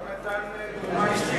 הוא גם נתן דוגמה אישית.